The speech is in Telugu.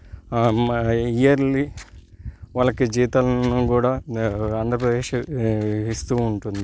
మ ఇయర్లీ వాళ్ళకి జీతాలను కూడా ఆంధ్రప్రదేశ్ ఇస్తు ఉంటుంది